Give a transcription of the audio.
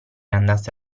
andasse